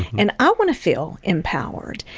and i want to feel empowered.